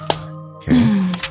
Okay